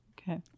Okay